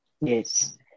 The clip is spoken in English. Yes